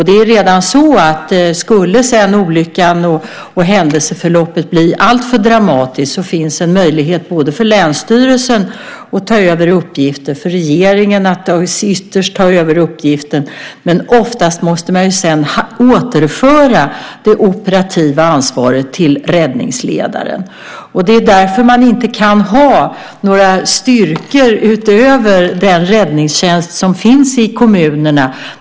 Det är redan så att om olyckan och händelseförloppet skulle bli alltför dramatiskt finns en möjlighet både för länsstyrelsen att ta över uppgifter och för regeringen att ytterst ta över uppgiften. Men oftast måste man sedan återföra det operativa ansvaret till räddningsledaren. Det är därför man inte kan ha några styrkor utöver den räddningstjänst som finns i kommunerna.